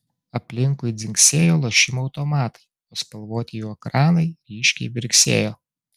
aplinkui dzingsėjo lošimo automatai o spalvoti jų ekranai ryškiai mirksėjo